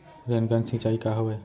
Rain gun सिंचाई का हवय?